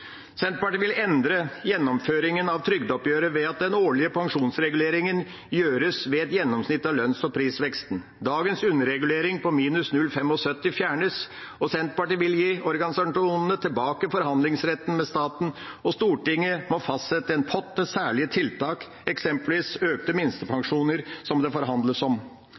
Senterpartiet vil endre gjennomføringen av trygdeoppgjøret ved at den årlige pensjonsreguleringen gjøres ved et gjennomsnitt av lønns- og prisveksten. Dagens underregulering på minus 0,75 fjernes. Senterpartiet vil gi organisasjonene tilbake forhandlingsretten med staten, og Stortinget må fastsette en pott til særlige tiltak, eksempelvis økte minstepensjoner, som det forhandles om.